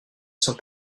sont